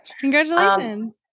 congratulations